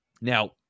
Now